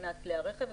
מבחינת כלי הרכב,